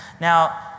Now